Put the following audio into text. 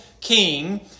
king